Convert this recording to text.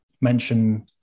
mention